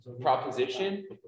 proposition